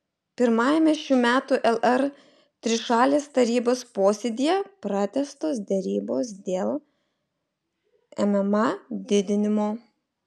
pirmajame šių metų lr trišalės tarybos posėdyje pratęstos derybos dėl mma didinimo